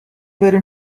بریم